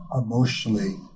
emotionally